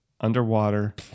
Underwater